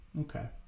okay